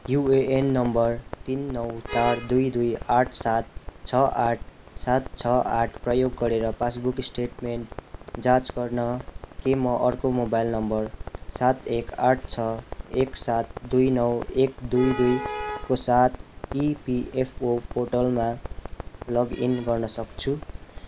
UAN number तिन नौ चार दुई दुई आठ सात छ आठ सात छ आठ प्रयोग गरेर पास बुक स्टेटमेन्ट जाँच गर्न के म अर्को मोबाइल नम्बर सात एक आठ छ एक सात दुई नौ एक दुई दुईको साथ इपिएफओ पोर्टलमा लगइन गर्न सक्छु